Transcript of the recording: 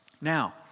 Now